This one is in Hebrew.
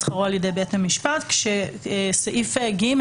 שכרו על ידי בית המשפט כאשר סעיף (ג)